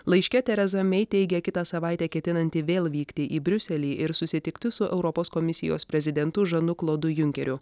laiške tereza mei teigia kitą savaitę ketinanti vėl vykti į briuselį ir susitikti su europos komisijos prezidentu žanu klodu junkeriu